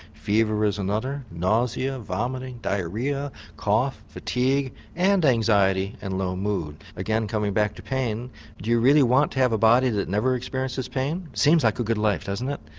fever is another, nausea, vomiting, diarrhoea, cough, fatigue and anxiety and low mood. again coming back to pain do you really want to have a body that never experiences pain? it seems like a good life, doesn't it,